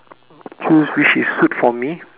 choose which is suit for me